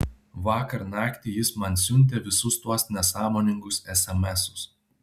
vakar naktį jis man siuntė visus tuos nesąmoningus esemesus